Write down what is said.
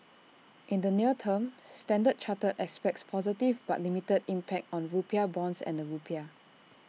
in the near term standard chartered expects positive but limited impact on rupiah bonds and the rupiah